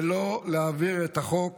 ולא להעביר את החוק